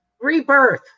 Rebirth